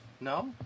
No